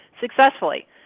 successfully